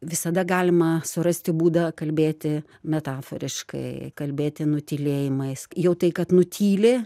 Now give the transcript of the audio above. visada galima surasti būdą kalbėti metaforiškai kalbėti nutylėjimais jau tai kad nutyli